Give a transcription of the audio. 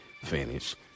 finish